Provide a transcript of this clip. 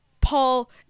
paul